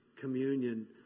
communion